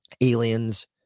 aliens